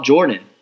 Jordan